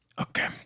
Okay